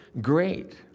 great